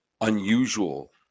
unusual